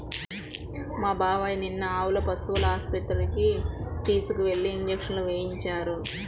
మా బాబాయ్ నిన్న ఆవుల్ని పశువుల ఆస్పత్రికి తీసుకెళ్ళి ఇంజక్షన్లు వేయించారు